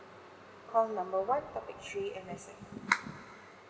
call number one topic three M_S_F